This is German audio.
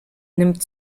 nimmt